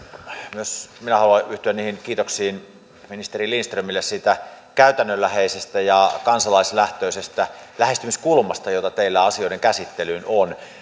myös minä haluan yhtyä niihin kiitoksiin ministeri lindströmille siitä käytännönläheisestä ja kansalaislähtöisestä lähestymiskulmasta joka teillä asioiden käsittelyyn on